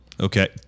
Okay